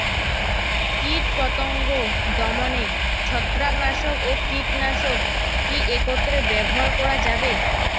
কীটপতঙ্গ দমনে ছত্রাকনাশক ও কীটনাশক কী একত্রে ব্যবহার করা যাবে?